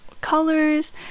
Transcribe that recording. colors